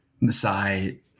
Masai